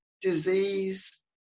disease